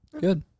Good